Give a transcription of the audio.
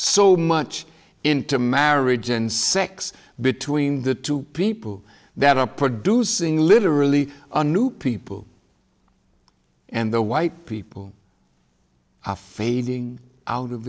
so much into marriage and sex between the two people that are producing literally a new people and the white people fading out of